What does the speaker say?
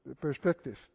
perspective